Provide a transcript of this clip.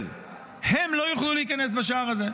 לא יוכלו להיכנס בשער הזה.